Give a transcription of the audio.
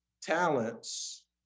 talents